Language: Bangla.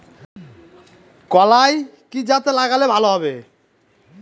কলাই কি জাতে লাগালে ভালো হবে?